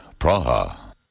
Praha